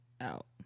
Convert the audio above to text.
out